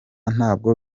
ntabwo